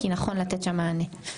כי נכון לתת שם מענה.